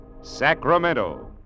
Sacramento